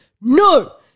no